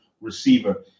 receiver